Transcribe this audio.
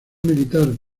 militar